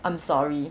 I'm sorry